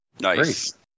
Nice